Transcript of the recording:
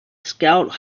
scout